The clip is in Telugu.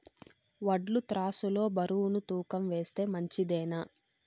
వడ్లు త్రాసు లో బరువును తూకం వేస్తే మంచిదేనా?